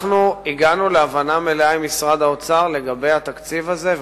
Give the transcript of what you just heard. הגענו להבנה מלאה עם משרד האוצר לגבי התקציב הזה,